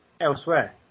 Elsewhere